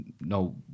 no